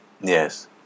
Yes